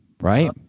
right